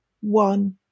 One